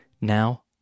Now